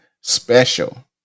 special